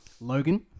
Logan